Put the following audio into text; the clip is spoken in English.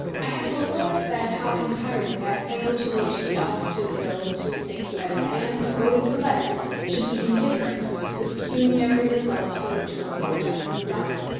i have before said how entirely i fail to reach the altitude of those who think that a man devoted to letters should be indifferent to the pecuniary results for which work is generally done.